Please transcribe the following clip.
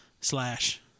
slash